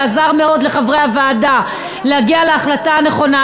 וזה עזר מאוד לחברי הוועדה להגיע להחלטה הנכונה,